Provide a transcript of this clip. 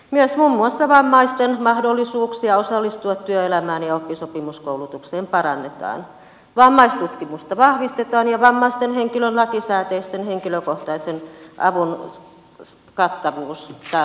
myös muun muassa vammaisten mahdollisuuksia osallistua työelämään ja oppisopimuskoulutukseen parannetaan vammaistutkimusta vahvistetaan ja vammaisen henkilön lakisääteisen henkilökohtaisen avun kattavuus tarkistetaan